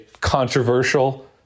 controversial